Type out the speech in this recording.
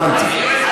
הבנתי.